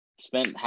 spent